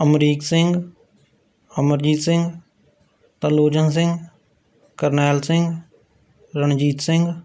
Amrik Singh Amarjit Singh Tarlochan Singh Karnail Singh Ranjit Singh